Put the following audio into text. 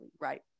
right